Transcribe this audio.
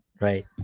Right